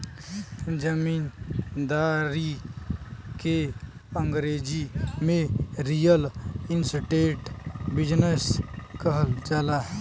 जमींदारी के अंगरेजी में रीअल इस्टेट बिजनेस कहल जाला